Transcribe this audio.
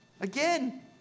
Again